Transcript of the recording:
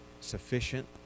sufficient